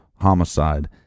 homicide